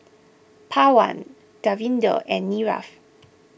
Pawan Davinder and Niraj